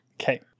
Okay